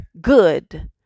good